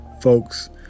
folks